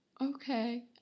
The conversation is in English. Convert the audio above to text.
Okay